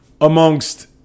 amongst